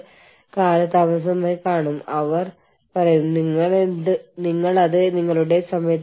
ഇത് ഞാൻ സ്വന്തമായി കൊണ്ടുവന്ന ഒന്നല്ല നിങ്ങൾക്കറിയാം